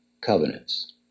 covenants